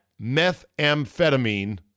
methamphetamine